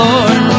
Lord